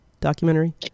documentary